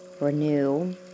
renew